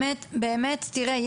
באמת תראה,